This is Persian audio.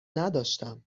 نداشتم